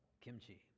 Kimchi